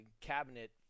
cabinet